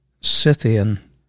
Scythian